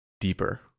deeper